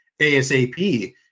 ASAP